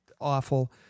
awful